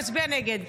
הוא יצביע נגד.